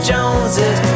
Joneses